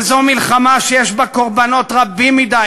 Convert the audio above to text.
הם אומרים לך שזו מלחמה שיש בה קורבנות רבים מדי,